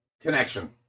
connection